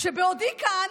שבעודי כאן,